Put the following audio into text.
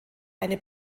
eine